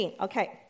okay